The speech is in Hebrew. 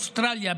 אוסטרליה,